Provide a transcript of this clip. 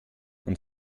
und